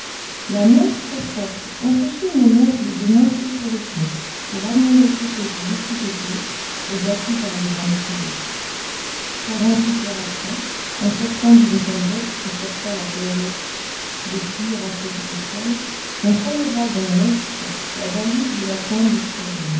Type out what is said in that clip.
la mer très forte empêchait mon oncle de monter sur le pont pour admirer ces côtes déchiquetées et battues par les vents du sud-ouest quarante-huit heures après en sortant d'une tempête qui força la goélette de fuir à sec de toile on releva dans l'est la balise de la pointe de skagen